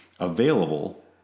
available